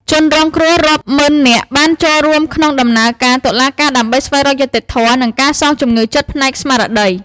ជនរងគ្រោះរាប់ម៉ឺននាក់បានចូលរួមក្នុងដំណើរការតុលាការដើម្បីស្វែងរកយុត្តិធម៌ និងការសងជំងឺចិត្តផ្នែកស្មារតី។